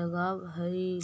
लगावऽ हइ